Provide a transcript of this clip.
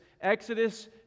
Exodus